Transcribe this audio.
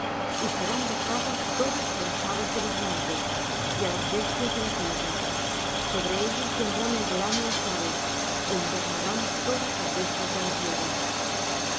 y serán dejados todos á las aves de los montes y á las bestias de la tierra sobre ellos tendrán el verano las aves é invernarán todas las bestias de la tierra